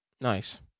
nice